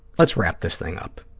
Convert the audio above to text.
let's wrap this thing up.